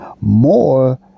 more